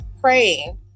praying